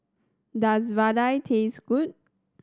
does vadai taste good